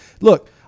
look